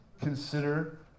consider